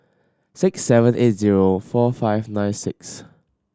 six seven eight zero four five nine six